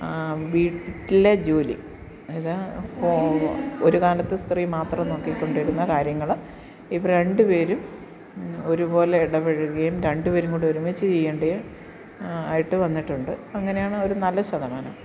വീട്ടിലെ ജോലി ഏതാണ് ഇപ്പോൾ ഒരു കാലത്ത് സ്ത്രീ മാത്രം നോക്കികൊണ്ടിരുന്ന കാര്യങ്ങൾ ഇപ്പോൾ രണ്ടുപേരും ഒരുപോലെ ഇടപഴകുകയും രണ്ട് പേരും കൂടി ഒരുമിച്ച് ചെയ്യേണ്ടതായിട്ട് വന്നിട്ടുണ്ട് അങ്ങനെയാണ് ഒരു നല്ല ശതമാനം